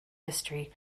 history